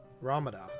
Ramadan